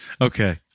Okay